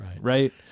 right